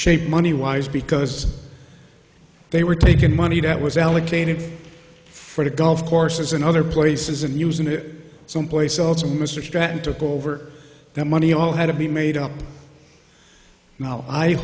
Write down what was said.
shape money wise because they were taking money that was allocated for the golf courses and other places and using it someplace else mr stratton took over that money all had to be made up now i